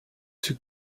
too